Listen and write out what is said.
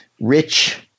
rich